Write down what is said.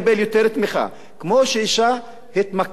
כמו שאשה התמכרה לאלימות של בעלה,